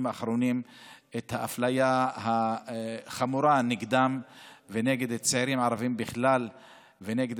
האחרונים את האפליה החמורה נגדם ונגד צעירים ערבים בכלל ונגד